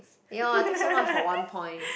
ya lor I talk so much for one point